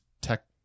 tech